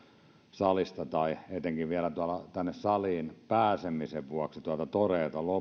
salista tai etenkin vielä tänne saliin pääsemisen vuoksi tuolta toreilta